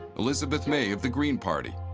elizabeth may of the green party.